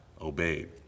obeyed